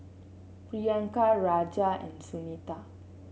Priyanka Raja and Sunita